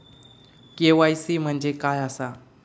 KYC म्हणजे काय आसा?